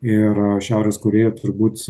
ir šiaurės korėja turbūt